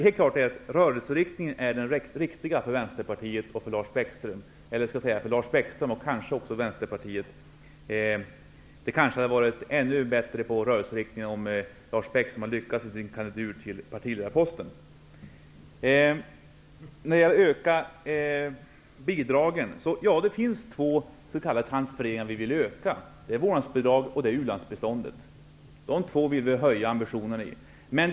Helt klart är dock att rörelseriktningen är rätt när det gäller Lars Bäckström och kanske också Vänsterpartiet. Rörelseriktningen skulle kanske ha varit ännu bättre om Lars Bäckström hade lyckats med sin kandidatur beträffande partiledarposten. Sedan talades det om ökade bidrag. Ja, det finns två s.k. transfereringar som vi vill öka: vårdnadsbidraget och u-landsbiståndet. Här vill vi höja ambitionsnivån.